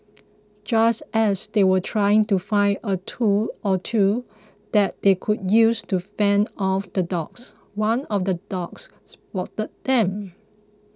just as they were trying to find a tool or two that they could use to fend off the dogs one of the dogs spotted them